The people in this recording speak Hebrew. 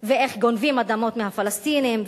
ואיך גונבים אדמות מהפלסטינים,